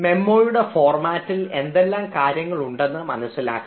മെമ്മോയുടെ ഫോർമാറ്റിൽ എന്തെല്ലാം കാര്യങ്ങൾ ഉണ്ടെന്ന് മനസ്സിലാക്കാം